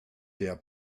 der